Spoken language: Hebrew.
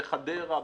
בחדרה,